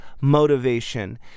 motivation